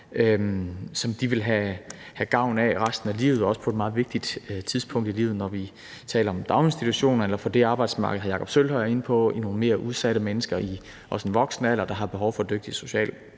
som de vil have gavn af resten af livet og også på et meget vigtigt tidspunkt i livet, når vi taler om daginstitutioner, eller på det arbejdsmarked, hr. Jakob Sølvhøj er inde på, med nogle mere udsatte mennesker i også en voksen alder, der har behov for dygtige